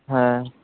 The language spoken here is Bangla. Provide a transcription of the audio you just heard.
হ্যাঁ